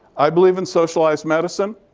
i believe in socialized medicine.